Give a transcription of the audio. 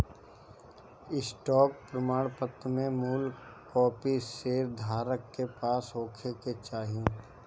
stock प्रमाणपत्र में मूल कापी शेयर धारक के पास होखे के चाही